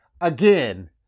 again